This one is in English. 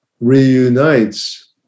reunites